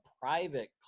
private